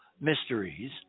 mysteries